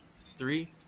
three